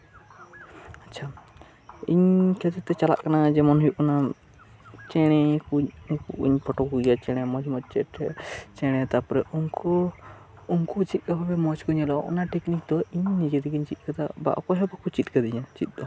ᱟᱪᱪᱷᱟ ᱤᱧ ᱠᱷᱟᱹᱛᱤᱨ ᱛᱮ ᱪᱟᱞᱟᱜ ᱠᱟᱱᱟ ᱡᱮᱢᱚᱱ ᱦᱩᱭᱩᱜ ᱠᱟᱱᱟ ᱪᱮᱬᱮ ᱠᱚᱧ ᱯᱷᱳᱴᱳ ᱠᱚᱜᱮᱭᱟ ᱪᱮᱬᱮ ᱢᱟᱡᱷᱮ ᱢᱚᱫᱽᱫᱷᱮ ᱛᱟᱨᱯᱚᱨᱮ ᱩᱱᱠᱩ ᱪᱮᱫ ᱞᱮᱠᱟᱛᱮ ᱵᱷᱟᱜᱮ ᱠᱚ ᱧᱮᱞᱚᱜᱼᱟ ᱚᱱᱟ ᱴᱮᱠᱱᱤᱠ ᱫᱚ ᱠᱤᱱᱛᱩ ᱤᱧ ᱱᱤᱡᱮ ᱛᱮᱜᱮᱧ ᱪᱮᱫ ᱟᱠᱟᱫᱟ ᱚᱠᱚᱭ ᱦᱚᱸ ᱵᱟᱠᱚ ᱪᱮᱫ ᱠᱟᱣᱫᱤᱧᱟ ᱪᱮᱫ ᱫᱚ